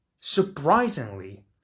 surprisingly